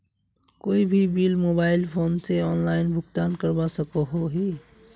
कोई भी bill mobile phone से ऑनलाइन भुगतान करवा सकोहो ही?